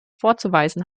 vorzuweisen